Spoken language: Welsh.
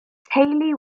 teulu